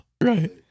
right